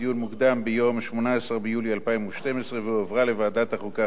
בדיון מוקדם ביום 18 ביולי 2012 והועברה לוועדת החוקה,